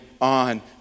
on